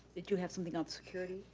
did you have something on security?